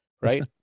right